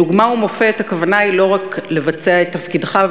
דוגמה ומופת, הכוונה היא לא רק לבצע את תפקידך.